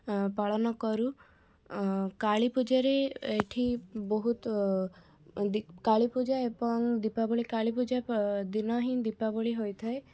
ଏଁ ପାଳନ କରୁ କାଳୀପୂଜାରେ ଏଇଠି ବହୁତ ଦୀପ କାଳୀପୂଜା ଏବଂ ଦୀପାବଳି କାଳୀପୂଜା ପ ଦିନ ହିଁ ଦୀପାବଳି ହୋଇଥାଏ